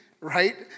right